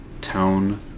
Tone